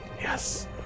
Yes